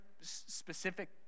specific